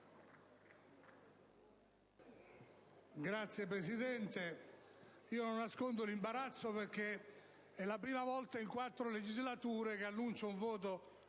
Signor Presidente, non nascondo l'imbarazzo, perché è la prima volta in quattro legislature che annuncio un voto